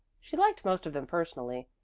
she liked most of them personally,